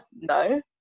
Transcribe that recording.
No